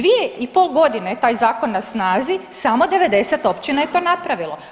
2,5 godine je taj zakon na snazi samo 90 općina je to napravilo.